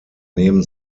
neben